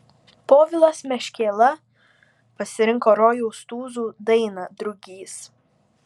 povilas meškėla pasirinko rojaus tūzų dainą drugys